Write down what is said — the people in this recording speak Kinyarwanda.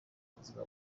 buzima